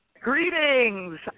Greetings